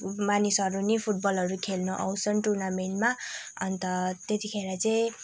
मानिसहरू पनि फुटबलहरू खेल्न आउँछन् टुर्नामेन्टमा अन्त त्यतिखेर चाहिँ